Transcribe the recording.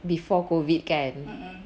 before COVID kan